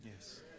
Yes